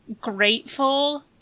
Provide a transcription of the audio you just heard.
grateful